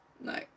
No